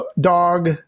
dog